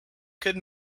could